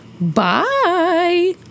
bye